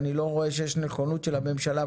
אני לא רואה שיש נכונות של הממשלה,